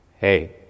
Hey